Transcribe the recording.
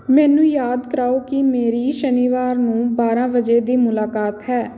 ਮੈਨੂੰ ਯਾਦ ਕਰਾਓ ਕੀ ਮੇਰੀ ਸ਼ਨੀਵਾਰ ਨੂੰ ਬਾਰਾਂ ਵਜੇ ਦੀ ਮੁਲਾਕਾਤ ਹੈ